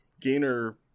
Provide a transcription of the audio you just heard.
Gainer